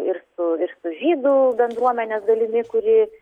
ir su ir su žydų bendruomenės dalimi kuri